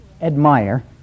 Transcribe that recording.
admire